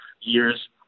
years